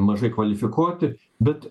mažai kvalifikuoti bet